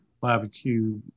barbecue